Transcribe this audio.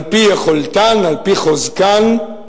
על-פי יכולתן, על-פי חוזקן,